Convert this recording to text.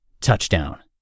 Touchdown